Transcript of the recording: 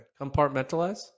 Compartmentalize